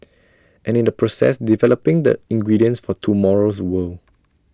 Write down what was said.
and in the process developing the ingredients for tomorrow's world